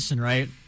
right